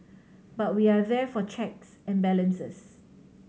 but we are there for checks and balances